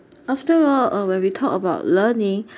after all uh when we talked about learning